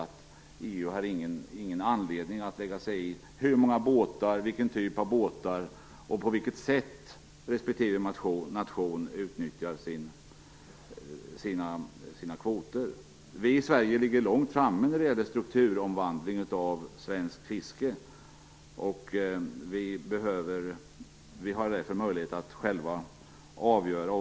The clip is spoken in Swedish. EU har ingen anledning att lägga sig i hur många båtar och vilken typ av båtar en nation använder sig av samt på vilket sätt respektive nation utnyttjar sina kvoter. Vi i Sverige ligger långt framme när det gäller strukturomvandlingen av fisket.